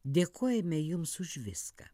dėkojame jums už viską